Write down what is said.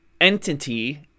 entity